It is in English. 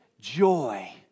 joy